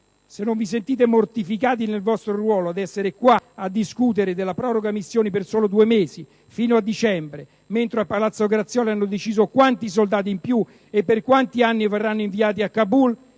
non vi sentite mortificati nel vostro ruolo ad essere qua a discutere della proroga missioni per soli due mesi, fino a dicembre, mentre a palazzo Grazioli hanno già deciso quanti soldati in più e per quanti anni verranno inviati a Kabul?